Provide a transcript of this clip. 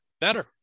better